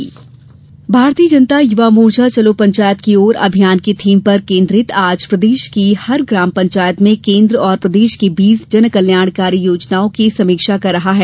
भाजपा अभियान भारतीय जनता युवा मोर्चा चलो पंचायत की ओर अभियान की थीम पर केन्द्रित आज प्रदेश की हर ग्राम पंचायत में केन्द्र और प्रदेश की बीस जन कल्याणकारी योजनाओं की समीक्षा कर रहा है